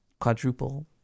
quadruple